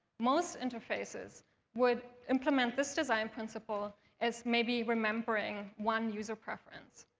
most interfaces would implement this design principle as maybe remembering one user preference.